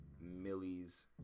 millies